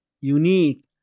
unique